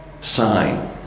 sign